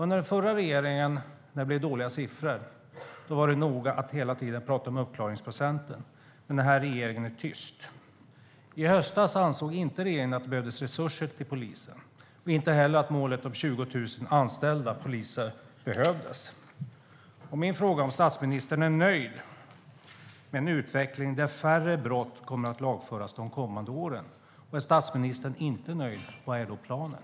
När det blev dåliga siffror under den förra regeringen var det noga att hela tiden tala om uppklaringsprocenten, men den här regeringen är tyst. I höstas ansåg inte regeringen att det behövdes resurser till polisen, inte heller att målet om 20 000 poliser behövdes. Är statsministern nöjd med en utveckling där färre brott kommer att lagföras de kommande åren? Om statsministern inte är nöjd, vad är då planen?